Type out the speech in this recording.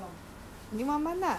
准准 one month ah